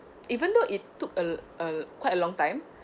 even though it took a a quite a long time